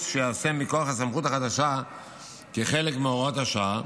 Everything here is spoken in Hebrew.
שייעשה מכוח הסמכות החדשה כחלק מהוראות השעה: